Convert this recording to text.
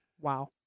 Wow